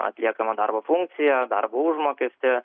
atliekamą darbo funkciją darbo užmokestį